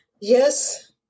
yes